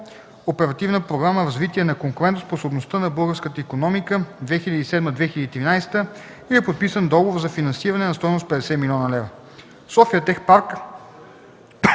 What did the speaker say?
Оперативна програма „Развитие на конкурентоспособността на българската икономика” 2007 - 2013 г. и е подписан договор за финансиране на стойност 50 млн. евро. „София Тех Парк”